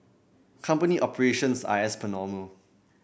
company operations are as per normal